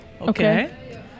Okay